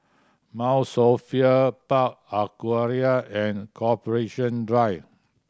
Mount Sophia Park Aquaria and Corporation Drive